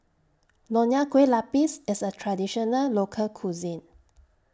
Nonya Kueh Lapis IS A Traditional Local Cuisine